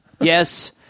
Yes